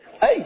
Hey